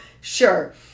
Sure